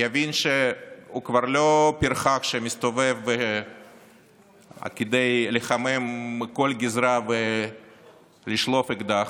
יבין שהוא כבר לא פרחח שמסתובב כדי לחמם כל גזרה ולשלוף אקדח,